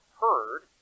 heard